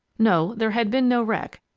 no, there had been no wreck,